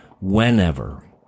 whenever